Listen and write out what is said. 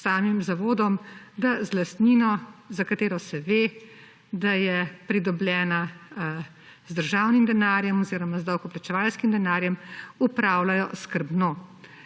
samim zavodom, da z lastnino, za katero se ve, da je pridobljena z državnim denarjem oziroma z davkoplačevalskim denarjem, upravljajo skrbno.